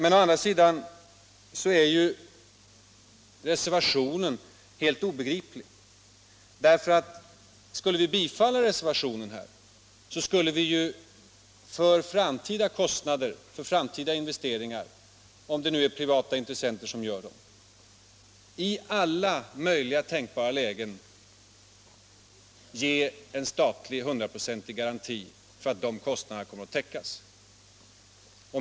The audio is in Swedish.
Å andra sidan är ju reservationen helt obegriplig, ty skulle vi bifalla reservationen, skulle vi ju för framtida investeringar, om det nu är privata intressenter som gör dem, i alla tänkbara lägen lämna en hundraprocentig statlig garanti för att kostnaderna kommer att täckas.